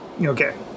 Okay